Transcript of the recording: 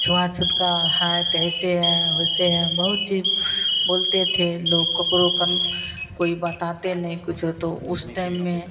छुआ छूत का है तो ऐसे है वैसे है बहुत चीज़ बोलते थे लोग कोक रोकन कोई बताते नहीं कुछ हो तो उस टइम में